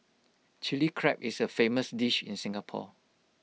Chilli Crab is A famous dish in Singapore